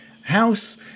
house